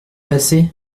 passés